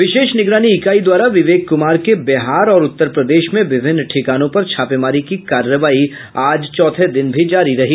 विशेष निगरानी इकाई द्वारा विवेक कुमार के बिहार और उत्तर प्रदेश में विभिन्न ठिकानों पर छापेमारी की कार्रवाई आज चौथे दिन भी जारी रही